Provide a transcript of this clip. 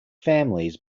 families